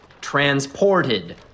transported